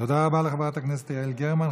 תודה רבה לחברת הכנסת יעל גרמן.